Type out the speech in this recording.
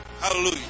Hallelujah